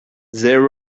there